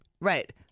Right